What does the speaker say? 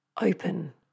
open